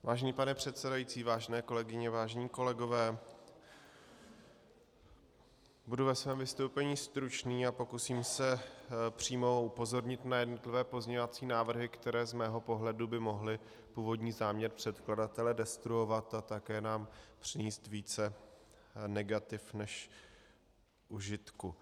Vážený pane předsedající, vážené kolegyně, vážení kolegové, budu ve svém vystoupení stručný a pokusím se přímo upozornit na jednotlivé pozměňovací návrhy, které z mého pohledu by mohly původní záměr předkladatele destruovat a také nám přinést více negativ než užitku.